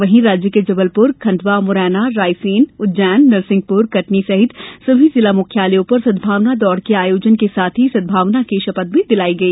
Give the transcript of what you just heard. वहीं राज्य के जबलपुर खंडवा मुरैना रायसेन उज्जैन नरसिंहपुर कटनी सहित सभी जिला मुख्यालयों पर सद्भावना दौड़ के आयोजन के साथ ही सद्भावना की शपथ भी दिलाई गई